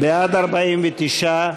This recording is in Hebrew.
בעד, 49,